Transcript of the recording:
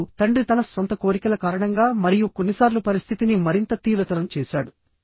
ఇప్పుడు తండ్రి తన సొంత కోరికల కారణంగా మరియు కొన్నిసార్లు పరిస్థితిని మరింత తీవ్రతరం చేశాడు